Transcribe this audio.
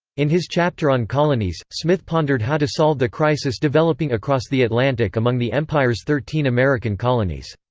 in his chapter on colonies, smith pondered how to solve the crisis developing across the atlantic among the empire's thirteen american colonies.